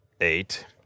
eight